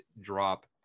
drop